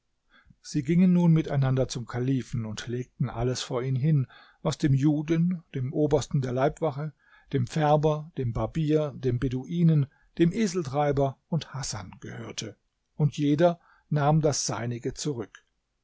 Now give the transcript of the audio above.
sie gingen nun miteinander zum kalifen und legten alles vor ihn hin was dem juden dem obersten der leibwache dem färber dem barbier dem beduinen dem eseltreiber und hasan gehörte und jeder nahm das seinige zurück